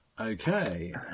Okay